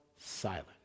silent